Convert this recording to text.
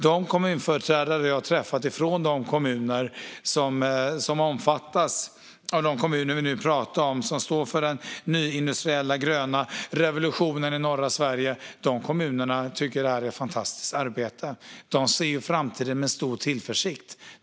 De kommunföreträdare jag träffat från de kommuner vi pratar om och som står för den nyindustriella gröna revolutionen i norra Sverige tycker som sagt att detta är ett fantastiskt arbete. De ser framtiden an med stor tillförsikt.